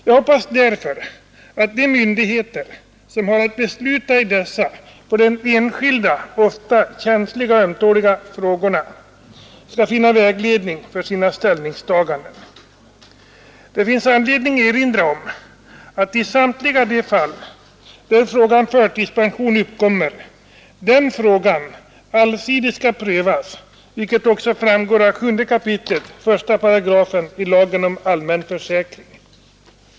Jag hoppas därför att de myndigheter som har att besluta i dessa för den enskilde ofta känsliga och ömtåliga ärenden skall finna vägledning för sina ställningstaganden. — Det finns anledning erinra om att i samtliga de fall där fråga om förtidspensionering uppkommer den frågan allsidigt skall prövas, vilket också framgår av 7 kap. 1 § lagen om allmän försäkring.